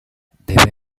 they